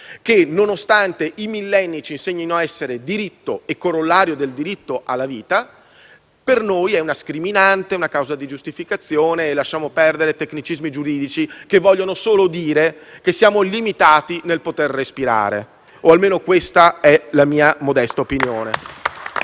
nonostante i millenni ci insegnino essere diritto e corollario del diritto alla vita, per noi è una scriminante, una causa di giustificazione e lasciamo perdere tecnicismi giuridici che vogliono solo dire che siamo limitati nel poter respirare. O almeno questa è la mia modesta opinione.